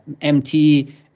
MT